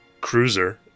cruiser